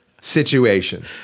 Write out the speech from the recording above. situation